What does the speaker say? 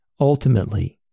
ultimately